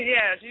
Yes